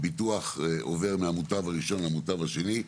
הביטוח עובר מהמוטב הראשון למוטב השני,